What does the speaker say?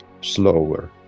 slower